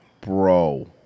Bro